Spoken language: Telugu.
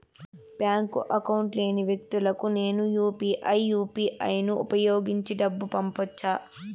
బ్యాంకు అకౌంట్ లేని వ్యక్తులకు నేను యు పి ఐ యు.పి.ఐ ను ఉపయోగించి డబ్బు పంపొచ్చా?